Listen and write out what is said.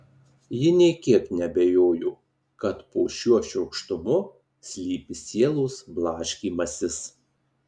ji nė kiek neabejojo kad po šiuo šiurkštumu slypi sielos blaškymasis